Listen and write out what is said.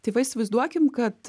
tai va įsivaizduokim kad